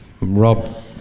Rob